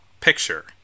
picture